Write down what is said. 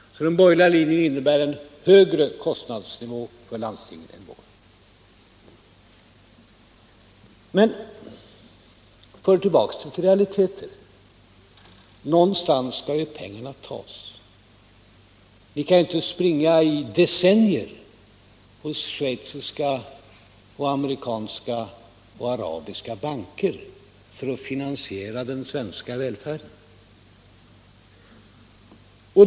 Den borgerliga linjen innebär alltså en högre kostnadsnivå för landstingen än vår. Men tillbaka till realiteterna! Någonstans skall ju pengarna tas. Vi kan inte i decennier springa hos schweiziska, amerikanska och arabiska banker för att finansiera den svenska välfärden.